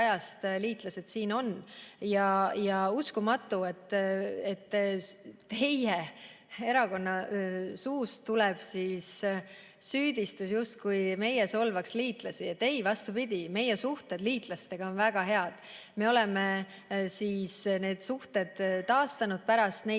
on. Uskumatu, et teie erakonna suust tuleb süüdistus, justkui meie solvaks liitlasi. Ei, vastupidi, meie suhted liitlastega on väga head. Me oleme need suhted taastanud pärast neid